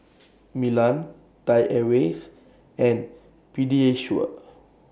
Milan Thai Airways and Pediasure